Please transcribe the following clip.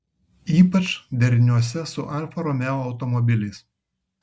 ypač deriniuose su alfa romeo automobiliais